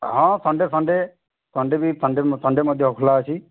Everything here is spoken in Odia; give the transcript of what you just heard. ହଁ ସନଡ଼େ ସନଡ଼େ ସନଡ଼େ ବି ସନଡ଼େ ମଧ୍ୟ ଖୋଲା ଅଛି